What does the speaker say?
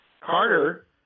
Carter